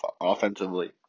offensively